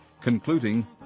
concluding